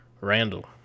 Randall